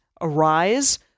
Arise